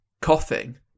coughing